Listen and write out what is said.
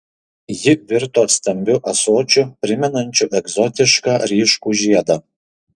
ji virto stambiu ąsočiu primenančiu egzotišką ryškų žiedą